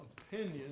opinion